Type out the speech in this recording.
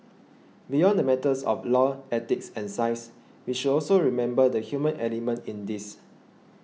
beyond the matters of law ethics and science we should also remember the human element in this